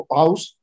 house